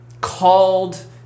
called